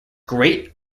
great